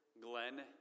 Glenn